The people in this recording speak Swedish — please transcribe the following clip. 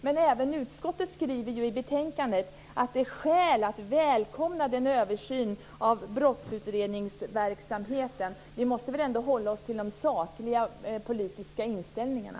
Men även utskottet skriver i betänkandet att det finns skäl att välkomna en översyn av brottsutredningsverksamheten. Vi måste väl ändå hålla oss till de sakliga politiska inställningarna.